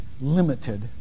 limited